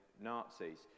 Nazis